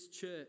church